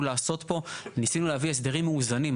לעשות פה ניסינו להביא הסדרים מאוזנים.